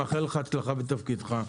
מאחל לך הצלחה בתפקידך.